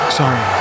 sorry